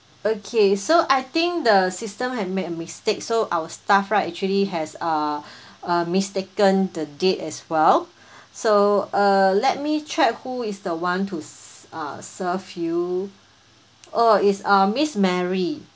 okay so I think the system had made a mistake so our staff right actually has uh uh mistaken the date as well so uh let me check who is the one to s~ uh serve you oh it's uh miss mary